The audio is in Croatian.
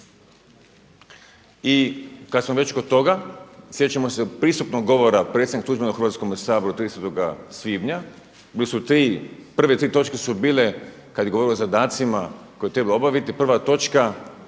I kada smo već kod toga, sjećamo se pristupnog govora predsjednika Tuđmana u Hrvatskome saboru 30. svibnja, prve tri točke su bile kada je govorio o zadacima koje je trebalo obaviti. Prva točka